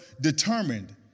determined